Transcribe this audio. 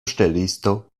ŝtelisto